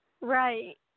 Right